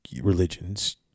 religions